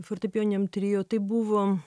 fortepijoniniam trio tai buvo